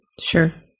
Sure